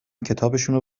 کتابشونو